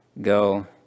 Go